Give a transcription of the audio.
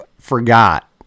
forgot